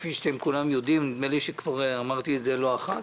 כפי שכולם יודעים ואמרתי את זה לא אחת.